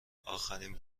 آخرین